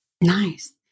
Nice